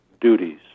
duties